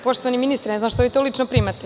Poštovani ministre, ne znam zašto to lično primate.